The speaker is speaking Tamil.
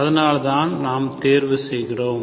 அதனால்தான் நாம் தேர்வு செய்கிறோம்